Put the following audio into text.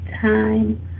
time